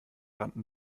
rannten